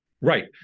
Right